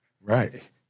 right